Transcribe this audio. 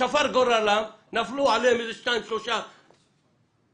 שפר גורלם ונפלו עליהם שני כישרונות